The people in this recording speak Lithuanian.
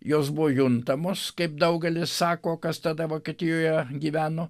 jos buvo juntamos kaip daugelis sako kas tada vokietijoje gyveno